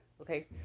Okay